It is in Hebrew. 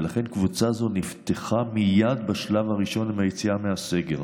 ולכן קבוצה זו נפתחה מייד בשלב הראשון עם היציאה מהסגר.